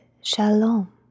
shalom